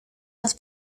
los